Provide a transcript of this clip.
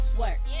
work